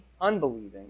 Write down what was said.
unbelieving